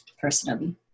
personally